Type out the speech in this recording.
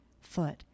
foot